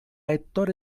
ettore